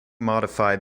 modified